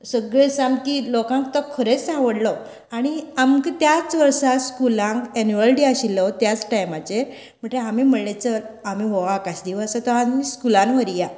सगळी सामकी लोकांक तो खरेंच आवडलो आनी आमकां त्याच वर्सा स्कुलान एन्यूअल डे आशिल्लो त्याच टायमाचेर म्हटगीर आमी म्हळ्ळे चल आमी हो आकाशदिवो आसा तो आमी स्कुलान व्हरया